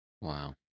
wow